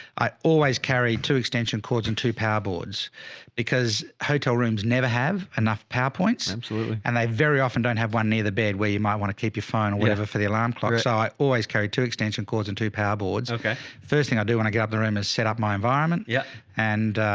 i always carried two extension cords and two power boards because hotel rooms never have enough power points. absolutely. and they very often don't have one near the bed where you might want to keep your phone or whatever for the alarm clock site always carried two extension cords and two power boards. okay. first thing i do when i get up in the room is set up my environment yeah and